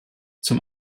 zum